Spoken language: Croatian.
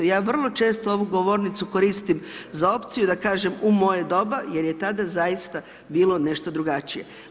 Ja vrlo često ovu govornicu koristim za opciju da kažem u moje doba jer je tada zaista bilo nešto drugačije.